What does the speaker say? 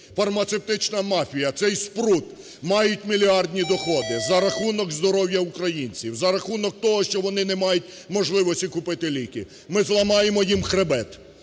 Фармацевтична мафія, цей спрут мають мільярдні доходи за рахунок здоров'я українців, за рахунок того, що вони не мають можливості купити ліки. Ми зламаємо їм хребет.